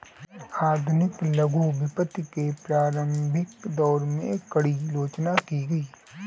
आधुनिक लघु वित्त के प्रारंभिक दौर में, कड़ी आलोचना की गई